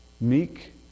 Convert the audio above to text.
meek